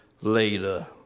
later